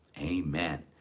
Amen